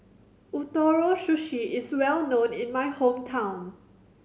Ootoro Sushi is well known in my hometown